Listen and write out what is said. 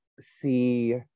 see